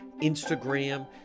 instagram